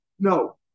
No